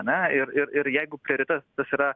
ane ir ir ir jeigu prioritetas yra